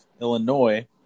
Illinois